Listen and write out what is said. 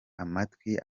amatwi